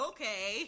Okay